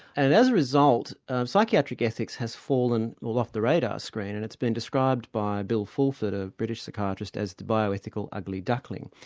and as a result, psychiatric ethics has fallen well off the radar screen. and it's been described by bill fulford, a british psychiatrist, as the bioethical ugly duckling.